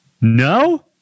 No